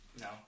No